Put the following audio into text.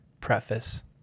Preface